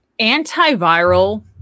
antiviral